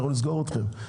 אנחנו נסגור אתכם.